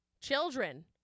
Children